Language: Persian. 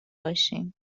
باشیم